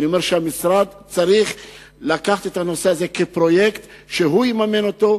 אני אומר שהמשרד צריך לקחת את הנושא הזה כפרויקט שהוא יממן אותו,